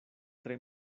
tre